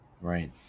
Right